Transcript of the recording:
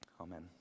amen